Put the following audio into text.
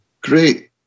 Great